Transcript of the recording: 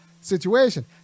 situation